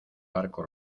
barco